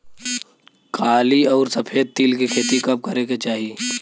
काली अउर सफेद तिल के खेती कब करे के चाही?